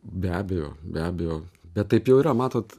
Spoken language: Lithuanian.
be abejo be abejo bet taip jau yra matot